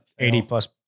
80-plus